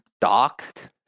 docked